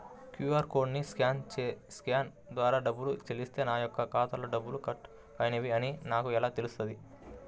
QR కోడ్ని scan ద్వారా డబ్బులు చెల్లిస్తే నా యొక్క ఖాతాలో డబ్బులు కట్ అయినవి అని నాకు ఎలా తెలుస్తుంది?